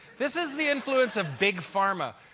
this is the influence of big pharma.